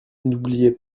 n’oubliez